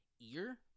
ear